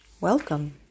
Welcome